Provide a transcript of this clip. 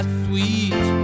sweet